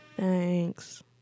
Thanks